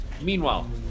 Meanwhile